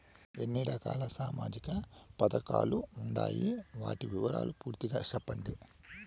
ఎన్ని రకాల సామాజిక పథకాలు ఉండాయి? వాటి వివరాలు పూర్తిగా సెప్పండి?